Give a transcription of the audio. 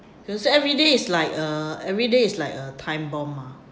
because everyday is like a everyday is like a time bomb mah